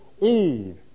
Eve